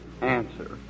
answer